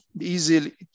easily